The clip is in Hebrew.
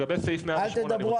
אל תדברו,